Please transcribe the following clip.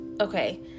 okay